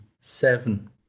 seven